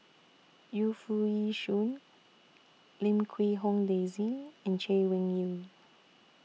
Yu Foo Yee Shoon Lim Quee Hong Daisy and Chay Weng Yew